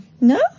No